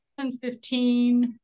2015